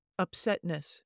upsetness